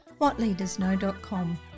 whatleadersknow.com